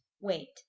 Wait